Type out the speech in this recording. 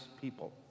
people